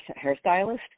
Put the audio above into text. hairstylist